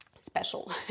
Special